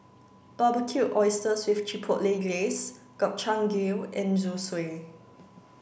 barbecued oysters with Chipotle Glaze Gobchang gui and Zosui